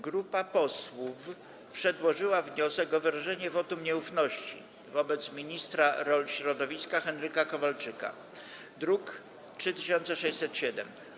Grupa posłów przedłożyła wniosek o wyrażenie wotum nieufności wobec ministra środowiska Henryka Kowalczyka, druk nr 3607.